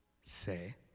say